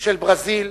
של ברזיל,